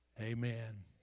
Amen